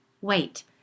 Wait